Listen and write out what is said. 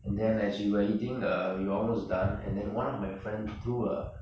then as we were eating uh we almost done and then one of my friend threw a